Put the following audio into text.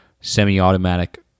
semi-automatic